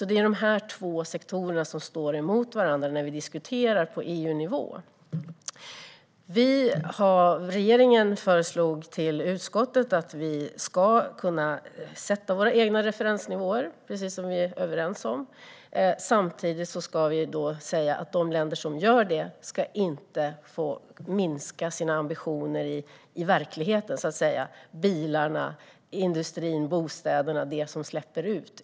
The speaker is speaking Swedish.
Det är alltså dessa två sektorer som står emot varandra när vi diskuterar på EU-nivå. Regeringen föreslog till utskottet att vi ska kunna sätta våra egna referensnivåer, precis som vi är överens om. Samtidigt ska vi säga att de länder som gör det inte ska få minska sina ambitioner i verkligheten, så att säga - när det gäller bilarna, industrin och bostäderna, det vill säga det som släpper ut.